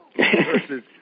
versus